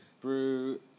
brew